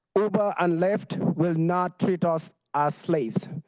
uber and lyft will not treat us as slaves.